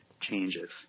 changes